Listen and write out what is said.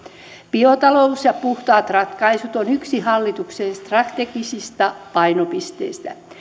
biotalous ja puhtaat ratkaisut on yksi hallituksen strategisista painopisteistä